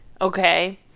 Okay